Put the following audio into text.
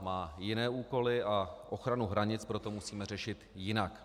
Má jiné úkoly, a ochranu hranic proto musíme řešit jinak.